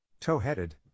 Toe-headed